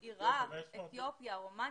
עיראק, אתיופיה, רומניה.